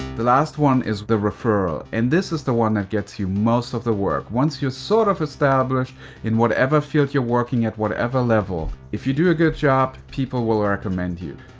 the last one is the referral, and this is the one that gets you most of the work. once you're sort of established in whatever field you're working at, whatever level, if you do a good job, people will recommend you,